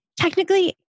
Technically